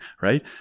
right